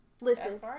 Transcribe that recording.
listen